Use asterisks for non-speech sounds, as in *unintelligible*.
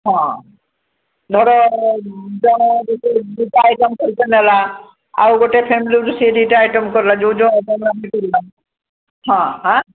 ହଁ ଧର ଜଣେ ଯଦି ଦୁଇଟା ଆଇଟମ୍ କରିକି ନେଲା ଆଉ ଗୋଟେ ଫ୍ୟାମିଲୀ ସେ ବି ଦୁଇଟା ଆଇଟମ୍ କଲା ଯୋଉ ଯୋଉ *unintelligible* ହଁ ଏଁ